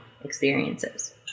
experiences